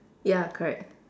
ya correct